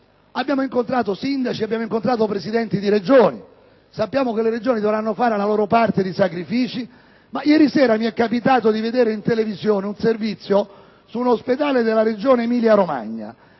Abbiamo incontrato Sindaci e Presidenti di Regione. Sappiamo che le Regioni dovranno fare la loro parte di sacrifici. Ieri sera mi è capitato di vedere in televisione un servizio su un ospedale della Regione Emilia-Romagna.